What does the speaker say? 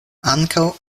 ankaŭ